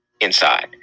inside